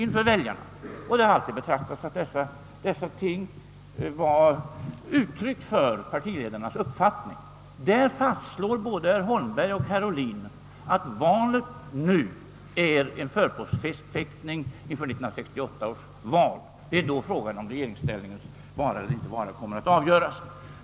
Det har alltid ansetts att dessa uttalanden ger uttryck för partiledarnas uppfattning, och där fastslår både herr Holmberg och herr Ohlin, att årets val är en förpostfäktning inför 1968 års val; det är då frågan om socialdemokratiens regeringsställning kommer att avgöras.